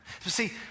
see